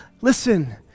listen